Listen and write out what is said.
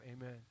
amen